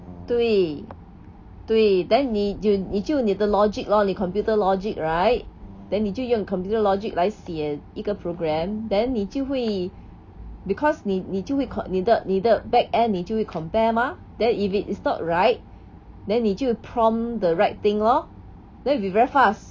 对对 then 你你就你的 logic lor 你的 computer logic right then 你就用 computer logic 来写一个 program then 你就会 because 你你就会你的你的 backend 你就会 compare mah then if it is not right then 你就 prompt the right thing lor then it will be very fast